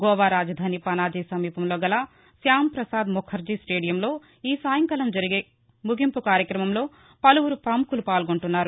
గోవా రాజధాని పనజీ సమీపంలోగల శ్యాంప్రసాద్ ముఖర్జీ స్లేదియంలో ఈ సాయంకాలం జరిగే ముగింపు కార్యక్రమంలో పలువురు ప్రముఖులు పాల్గొంటున్నారు